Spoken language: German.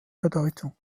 bedeutung